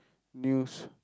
news